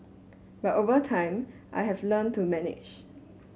but over time I have learnt to manage